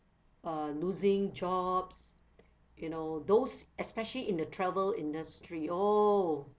uh losing jobs you know those especially in the travel industry oh